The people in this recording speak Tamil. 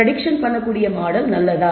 பிரடிக்சன் பண்ணக்கூடிய மாடல் நல்லதா